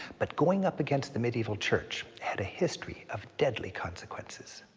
but going up against the medieval church had a history of deadly consequences.